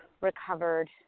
recovered